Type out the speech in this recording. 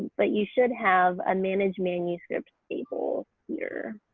but you should have a manage manuscript stable here.